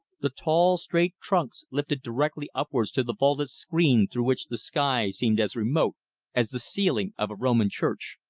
the tall, straight trunks lifted directly upwards to the vaulted screen through which the sky seemed as remote as the ceiling of a roman church.